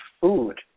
food